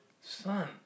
Son